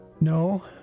No